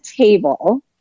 table